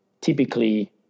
typically